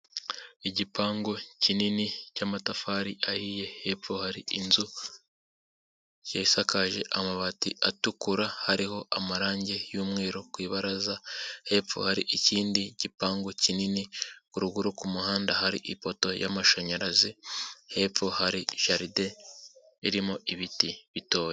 Igipangu kinini cy'amatafari ahiye, hepfo hari inzu igiye isakaje amabati atukura hariho amarange y'umweru ku ibaraza, hepfo hari ikindi gipangu kinini, ruguru ku muhanda hari ipoto y'amashanyarazi, hepfo hari ijaride irimo ibiti bitoya.